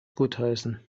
gutheißen